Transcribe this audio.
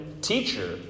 Teacher